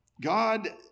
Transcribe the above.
God